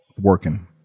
working